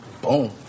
boom